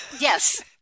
yes